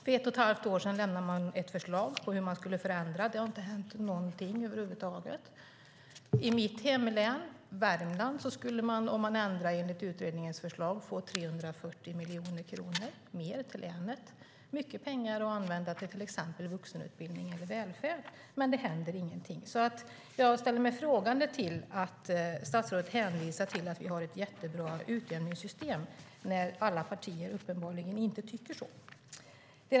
För ett och ett halvt år sedan lämnade man ett förslag på hur det här kan förändras, men det har inte hänt någonting över huvud taget. I mitt hemlän Värmland skulle man, om man ändrar enligt utredningens förslag, få 340 miljoner kronor mer till länet. Det är mycket pengar att använda till exempel till vuxenutbildning eller välfärd, men ingenting händer. Jag ställer mig frågande till att statsrådet hänvisar till att vi har ett jättebra utjämningssystem när alla partier uppenbarligen inte tycker så.